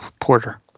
Porter